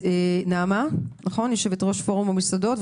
נעמה, יושבת-ראש פורום המסעדות.